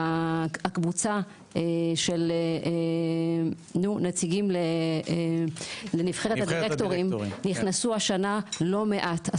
הקבוצה של נציגים לנבחרת הדירקטורים נכנסו השנה לא מעט,